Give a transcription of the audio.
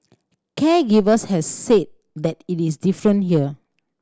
caregivers have said that it is different here